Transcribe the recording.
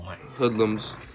hoodlums